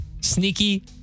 Sneaky